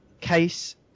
case